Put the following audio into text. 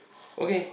okay